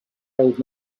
old